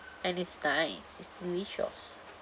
and it's nice it's delicious